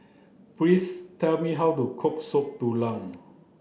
please tell me how to cook soup Tulang